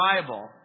Bible